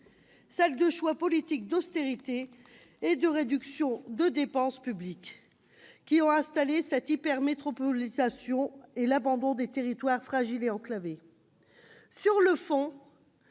de choix politiques d'austérité et de réduction de la dépense publique, qui ont conduit à l'hypermétropolisation et l'abandon des territoires fragiles et enclavés.